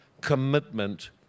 commitment